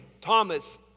Thomas